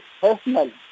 personally